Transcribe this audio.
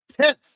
Tenth